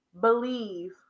believe